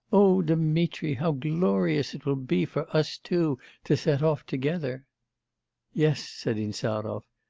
o dmitri! how glorious it will be for us two to set off together yes, said insarov,